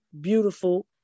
beautiful